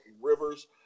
Rivers